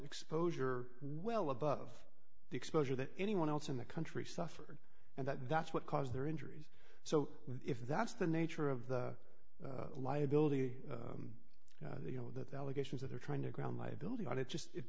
exposure well above the exposure that anyone else in the country suffered and that that's what caused their injuries so if that's the nature of the liability you know that the allegations that they're trying to ground liability on it just